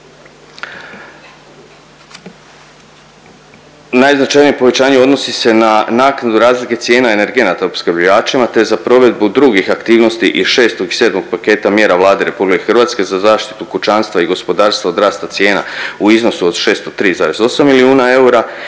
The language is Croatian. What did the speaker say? Najznačajnije povećanje odnosi se na naknadu razlike cijena energenata opskrbljivačima, te za provedbu drugih aktivnosti iz 6. i 7. paketa mjera Vlade RH za zaštitu kućanstva i gospodarstva od rasta cijena u iznosu od 603,8 milijuna eura,